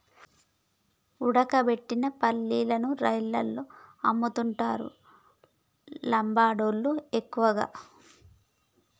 ఉడకబెట్టిన పల్లీలను రైలల్ల అమ్ముతుంటరు లంబాడోళ్ళళ్లు ఎక్కువగా